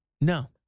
No